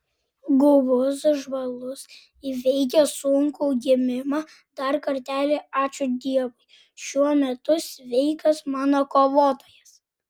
guvus žvalus įveikęs sunkų gimimą dar kartelį ačiū dievui šiuo metu sveikas mano kovotojas